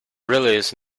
release